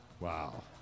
Wow